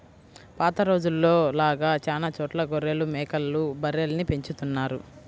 పాత రోజుల్లో లాగా చానా చోట్ల గొర్రెలు, మేకలు, బర్రెల్ని పెంచుతున్నారు